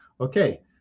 Okay